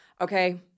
okay